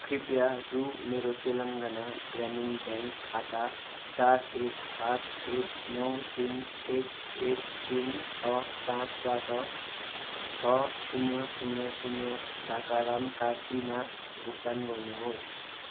कृपया रु मेरो तेलङ्गाना ग्रामीण ब्याङ्क खाता चार एक सात एक नौ तिन एक एक तिन छ पाँचबाट छ शून्य शून्य शून्य ढाका राम कार्कीमा भुक्तान गर्नुहोस्